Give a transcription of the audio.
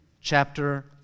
chapter